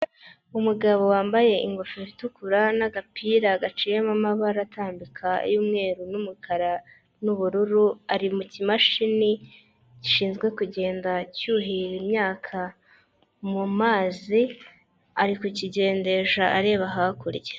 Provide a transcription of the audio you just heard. Umugabo wambaye ingofero itukura n'agapira gaciyemo amabara atambika y'umweru n'umukara n'ubururu ari mu kimashini gishinzwe kugenda cyuhirira imyaka mu mazi ari kukigendesha areba hakurya.